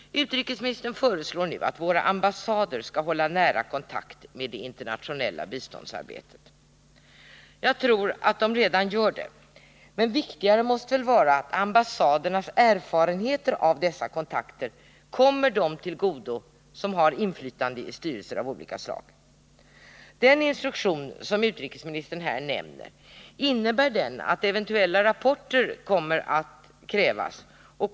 Utrikesministern föreslår nu att våra ambassader skall hålla nära kontakt med det internationella biståndsarbetet. Jag tror att de redan gör det. Viktigare måste väl vara att ambassadernas erfarenheter av dessa kontakter kommer dem till godo som har inflytande i styrelser av olika slag. Innebär den instruktion som utrikesministern här nämner att eventuella rapporter kommer att krävas?